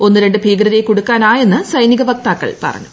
ഒന്ന് രണ്ട് ഭീകരരെ കുടുക്കാനായെന്ന് സൈനികവക്താക്കൾ പറഞ്ഞു